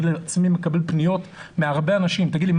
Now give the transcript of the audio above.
אני עצמי מקבל פניות מהרבה אנשים: תגיד לי,